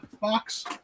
box